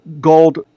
gold